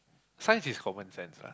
science is common sense lah